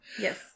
Yes